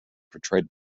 portrayed